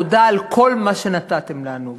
תודה על כל מה שנתתם לנו.